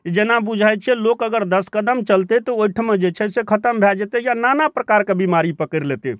जेना बुझाइ छै लोक अगर दस कदम चलतै तऽ ओहिठमा जे छै से खतम भए जेतै या नाना प्रकार के बिमारी पकैड़ लेतै